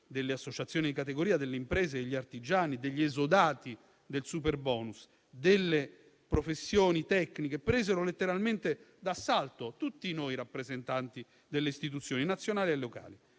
delle associazioni di categoria, delle imprese, degli artigiani, degli esodati del superbonus e delle professioni tecniche presero letteralmente d'assalto tutti noi rappresentanti delle istituzioni, nazionali e locali.